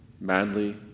madly